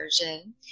version